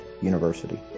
University